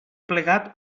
plegat